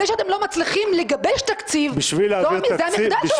זה שאתם לא מצליחים לגבש תקציב, זה המחדל שלכם.